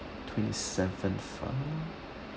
twenty-seventh ah